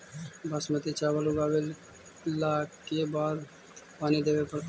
बासमती चावल उगावेला के बार पानी देवे पड़तै?